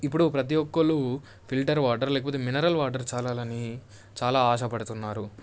ఇపుడు ప్రతి ఒక్కరు ఫిల్టర్ వాటర్ లేకపోతే మినరల్ వాటర్ తాగాలని చాలా ఆశపడుతున్నారు